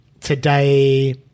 today